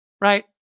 right